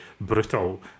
brutal